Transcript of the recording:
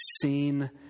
seen